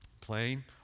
Plain